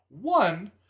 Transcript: one